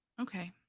Okay